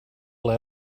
let